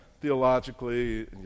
theologically